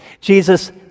Jesus